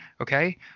Okay